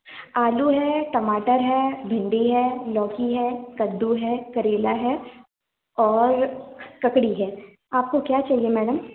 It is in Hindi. आलू है टमाटर है भिंडी है लौकी है कद्दू है करेला है और ककड़ी है आपको क्या चाहिए मैडम